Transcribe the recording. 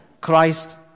Christ